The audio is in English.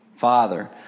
Father